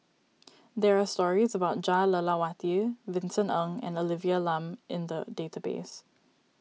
there are stories about Jah Lelawati Vincent Ng and Olivia Lum in the database